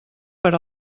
per